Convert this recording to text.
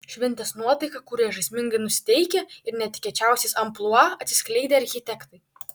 šventės nuotaiką kūrė žaismingai nusiteikę ir netikėčiausiais amplua atsiskleidę architektai